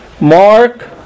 Mark